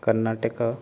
Karnataka